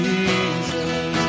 Jesus